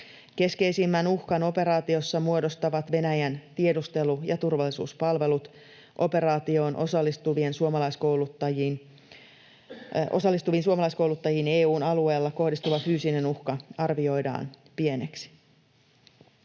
Keskeisimmän uhkan operaatiossa muodostavat Venäjän tiedustelu- ja turvallisuuspalvelut. Operaatioon osallistuviin suomalaiskouluttajiin EU-alueella kohdistuva fyysinen uhka arvioidaan pieneksi.